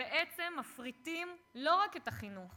ובעצם מפריטים לא רק את החינוך,